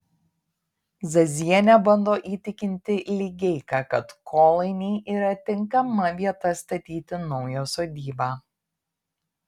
zazienė bando įtikinti ligeiką kad kolainiai yra tinkama vieta statyti naują sodybą